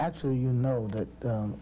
actually you know that